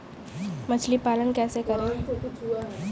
मछली पालन कैसे करें?